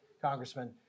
Congressman